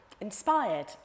inspired